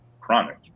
chronic